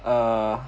uh